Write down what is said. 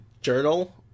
journal